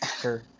sure